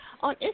On